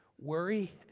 Worry